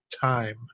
time